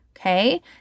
Okay